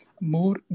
more